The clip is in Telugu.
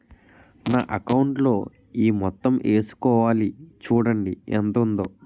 నా అకౌంటులో ఈ మొత్తం ఏసుకోవాలి చూడండి ఎంత ఉందో